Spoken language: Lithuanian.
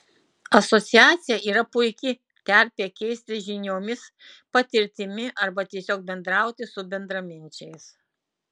asociacija yra puiki terpė keistis žiniomis patirtimi arba tiesiog bendrauti su bendraminčiais